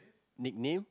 nickname